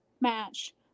match